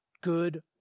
good